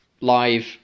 Live